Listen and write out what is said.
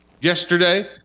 yesterday